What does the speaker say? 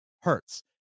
hurts